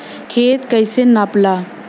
खेत कैसे नपाला?